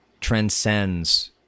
transcends